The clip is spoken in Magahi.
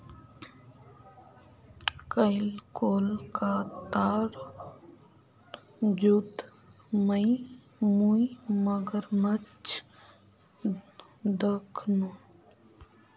कईल कोलकातार जूत मुई मगरमच्छ दखनू